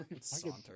Saunter